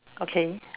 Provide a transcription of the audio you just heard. okay